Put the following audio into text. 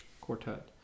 Quartet